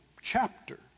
chapter